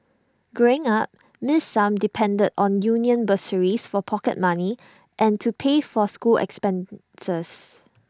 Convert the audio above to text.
growing up miss sum depended on union bursaries for pocket money and to pay for school expenses